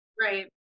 right